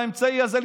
באמצעי הזה,